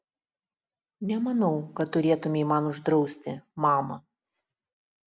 nemanau kad turėtumei man uždrausti mama